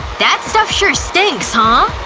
that stuff sure stinks, huh?